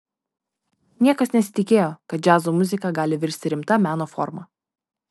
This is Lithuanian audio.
niekas nesitikėjo kad džiazo muzika gali virsti rimta meno forma